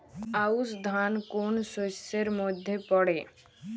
আউশ ধান কোন শস্যের মধ্যে পড়ে?